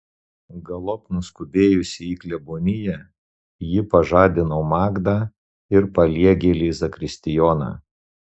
galop nuskubėjusi į kleboniją ji pažadino magdą ir paliegėlį zakristijoną